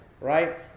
right